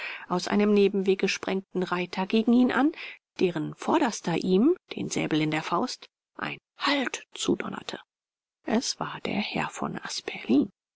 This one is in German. aus einem nebenwege sprengten reiter gegen ihn an deren vorderster ihm den säbel in der faust ein halt zudonnerte es war der herr von asperlin